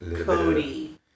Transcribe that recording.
Cody